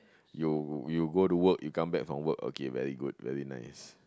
you you go to work you come back from work okay very good very nice